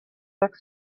six